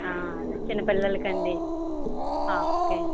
అదే చిన్న పిల్లలకండి పాపకి